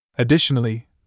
Additionally